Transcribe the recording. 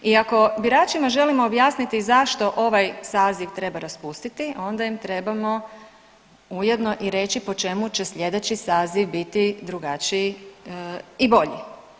I ako biračima želimo objasniti zašto ovaj saziv treba raspustiti onda im trebamo ujedno i reći po čemu će slijedeći saziv biti drugačiji i bolji.